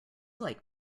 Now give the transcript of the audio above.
like